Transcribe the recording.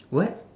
what